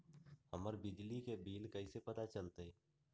हमर बिजली के बिल कैसे पता चलतै?